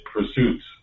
pursuits